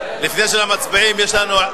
לפני שאנחנו מצביעים, יש לנו,